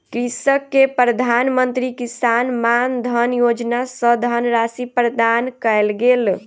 कृषक के प्रधान मंत्री किसान मानधन योजना सॅ धनराशि प्रदान कयल गेल